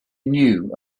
knew